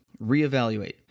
Reevaluate